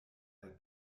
der